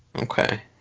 Okay